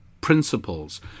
principles